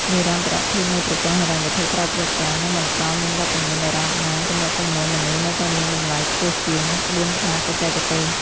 និរន្តរភាពនៃប្រព័ន្ធហិរញ្ញវត្ថុក្រៅផ្លូវការ នឹងបន្តមានវត្តមានដរាបណា "ទំនាក់ទំនងមនុស្ស" នៅតែមានតម្លៃខ្ពស់ជាង "ក្បួនខ្នាតបច្ចេកទេស"។